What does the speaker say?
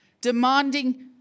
demanding